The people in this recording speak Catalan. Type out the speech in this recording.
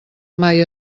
mai